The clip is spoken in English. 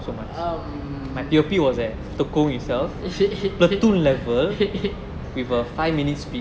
um